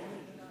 שומעים.